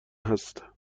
هست